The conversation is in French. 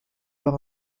leur